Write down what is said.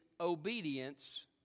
obedience